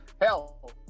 hell